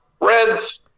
Reds